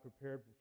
prepared